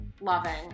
loving